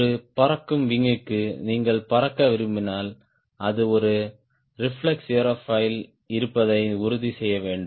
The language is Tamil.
ஒரு பறக்கும் விங் க்கு நீங்கள் பறக்க விரும்பினால் அது ஒரு ரிஃப்ளெக்ஸ் ஏரோஃபாயில் இருப்பதை உறுதி செய்ய வேண்டும்